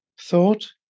thought